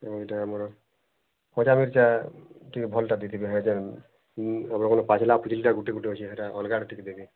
ତେଣୁ ଏଇଟା ଆମର ଖଜା ଗଜା ଟିକିଏ ଭଲଟା ଦେଇ ଦେବେ ଭଲ ଭଲ ପାଚିଲା ପିଜୁଳି ଗୋଟେ ଗୋଟେ ଅଛି ସେଇଟା ଅଲଗା ରଖିକି ଦେବେ